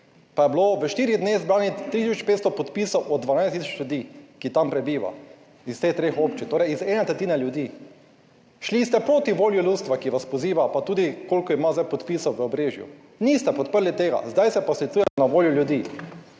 Pa je bilo v štirih dneh zbranih 3 tisoč 500 podpisov od 12 tisoč ljudi, ki tam prebiva iz teh treh občin, torej iz tretjine ljudi. Šli ste proti volji ljudstva, ki vas poziva, pa tudi koliko ima zdaj podpisov v Obrežju. Niste podprli tega, zdaj se pa sklicujete na voljo ljudi.